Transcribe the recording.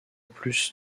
plus